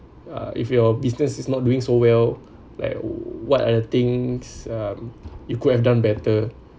uh if your business is not doing so well like what're the things um you could have done better